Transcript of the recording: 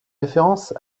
référence